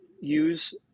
use